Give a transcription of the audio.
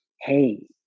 hey